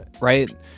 right